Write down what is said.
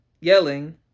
yelling